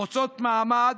חוצות מעמד,